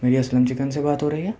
میری اسلم چکن سے بات ہو رہی ہے